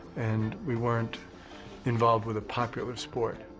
and we weren't involved with a popular sport.